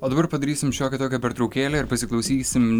o dabar padarysim šiokią tokią pertraukėlę ir pasiklausysim